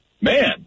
man